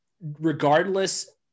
regardless